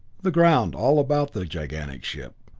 the ground all about the gigantic ship.